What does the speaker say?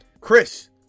Chris